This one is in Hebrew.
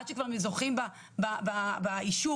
עד שזוכים באישור,